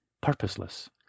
purposeless